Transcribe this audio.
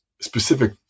specific